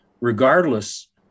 regardless